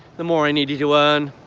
the more i needed to earn,